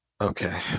okay